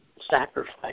sacrifice